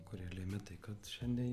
kurie lėmė tai kad šiandei